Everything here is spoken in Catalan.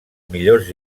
millors